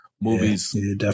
movies